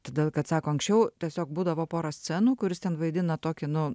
todėl kad sako anksčiau tiesiog būdavo pora scenų kuris ten vaidina tokį nu